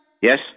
Yes